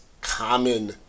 common